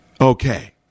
okay